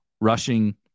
rushing